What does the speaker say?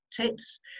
tips